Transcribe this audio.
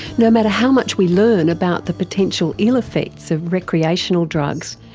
no matter how much we learn about the potential ill effects of recreational drugs,